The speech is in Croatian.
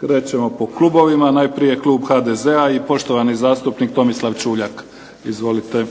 Krećemo po klubovima, najprije je klub HDZ-a i poštovani zastupnik Tomislav Čuljak. Izvolite.